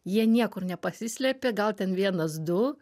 jie niekur nepasislėpė gal ten vienas du